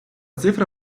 цифра